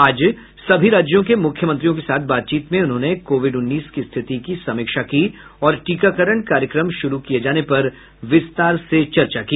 आज सभी राज्यों के मुख्यमंत्रियों के साथ बातचीत में उन्होंने कोविड उन्नीस की स्थिति की समीक्षा की और टीकाकरण कार्यक्रम शुरू किए जाने पर विस्तार से चर्चा की